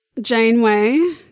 Janeway